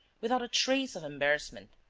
without a trace of embarrassment.